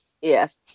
yes